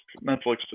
Netflix